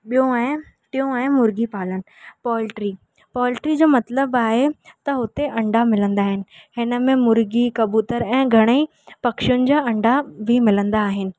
ॿियो आहे टियों आहे मुर्गी पालन पोल्ट्री पोल्ट्री जो मतिलबु आहे त हुते अंडा मिलंदा हिन हिन में मुर्गी कबूतर ऐं घणेई पक्षियुनि जा अंडा बि मिलंदा आहिनि